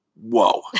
Whoa